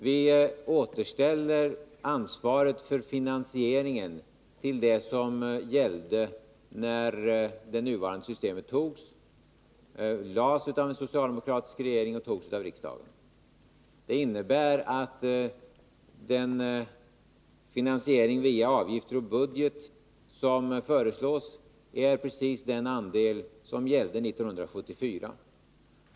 Vi återställer ansvaret för finansieringen till det som gällde när det nuvarande systemet föreslogs av den socialdemokratiska regeringen och antogs av riksdagen. Det innebär att den finansiering via avgifter och budget som vi föreslår utgör precis den andel som gällde 1974.